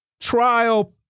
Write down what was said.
trial